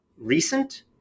recent